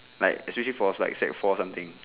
like especially for us like sec four something